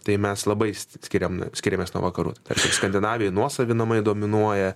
tai mes labai skiriam skiriamės nuo vakarų tai tarsi skandinavijoj nuosavi namai dominuoja